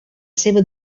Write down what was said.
seva